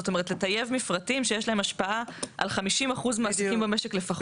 זאת אומרת לטייב מפרטים שיש להם השפעה על 50% מהעסקים במשק לפחות.